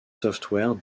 software